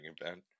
event